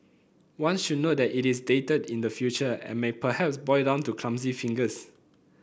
one should note that it is dated in the future and may perhaps boil down to clumsy fingers